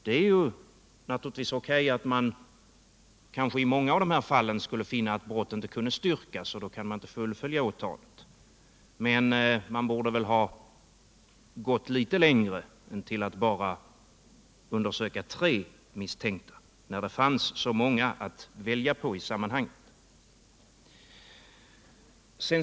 Det är naturligtvis O. K. att man i många av dessa fall kanske inte kan finna 67 att brott kan styrkas och då inte kan fullfölja åtalet, men man borde väl ha gått litet längre än till att bara undersöka tre misstänkta när det fanns så många att välja på i det sammanhanget.